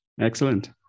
excellent